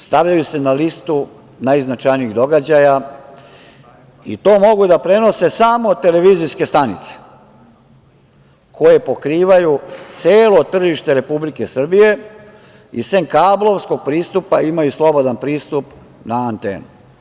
Stavljaju se na listu najznačajnijih događaja i to mogu da prenose samo televizijske stanice koje pokrivaju celo tržište Republike Srbije i sem kablovskog pristupa imaju slobodan pristup na antenu.